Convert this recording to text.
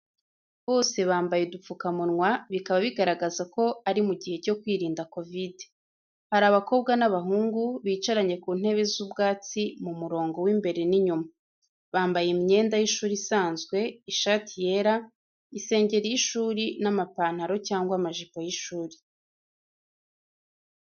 Bose bambaye udupfukamunwa, bikaba bigaragaza ko ari mu gihe cyo kwirinda kovide. Hari abakobwa n’abahungu, bicaranye ku ntebe z’ubwatsi mu murongo w’imbere n’inyuma. Bambaye imyenda y’ishuri isanzwe, ishati yera, isengeri y’ishuri n’amapantaro cyangwa amajipo y’ishuri.